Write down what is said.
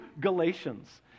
Galatians